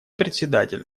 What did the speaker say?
председатель